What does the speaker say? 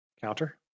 counter